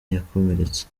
yakomeretse